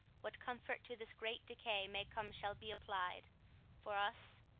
what comfort to this great decay may come shall be applied for us,